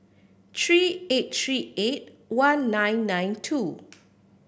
three eight three eight one nine nine two